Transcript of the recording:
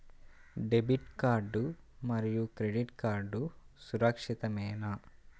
Debit card మరియు credit card సురక్షితమేనా?